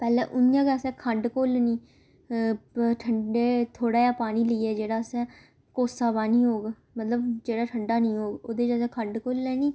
पैह् उ'यां गै असें खंड घोलनी ठंडे थोह्ड़ा जेहा पानी लेइयै जेह्ड़ा असें कोसा पानी होग मतलब जेह्ड़ा ठंडा नेईं होग ओह्दे च असें खंड घोली लैनी